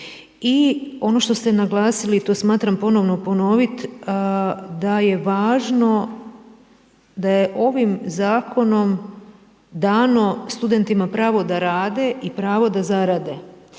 i ono što ste naglasili, to smatram ponovno ponoviti, da je važno da je ovim zakonom dano studentima pravo da rade i pravo da zarade